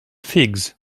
figs